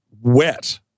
wet